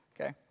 Okay